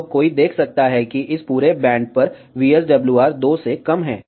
तो कोई देख सकता है कि इस पूरे बैंड पर VSWR 2 से कम है